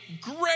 great